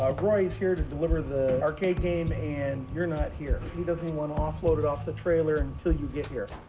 ah roy is here to deliver the arcade game and you're not here he doesn't want to offload it off the trailer until you get here